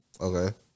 Okay